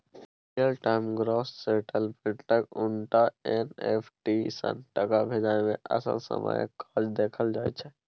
real time gross सेटलमेंटक उनटा NFT सँ टका भेजय मे असल समयक काज देखल जाइ छै